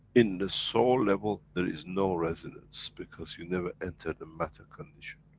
in the soul level, there is no resonance, because you never enter the matter condition.